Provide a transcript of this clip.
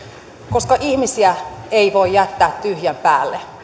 koska ihmisiä ei voi jättää tyhjän päälle